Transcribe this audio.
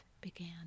began